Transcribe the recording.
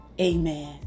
Amen